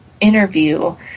interview